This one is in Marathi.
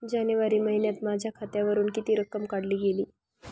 जानेवारी महिन्यात माझ्या खात्यावरुन किती रक्कम काढली गेली?